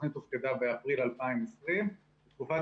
התוכנית הופקדה באפריל 2020. בתקופת